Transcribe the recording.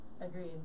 Agreed